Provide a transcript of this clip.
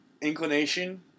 inclination